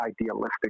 idealistic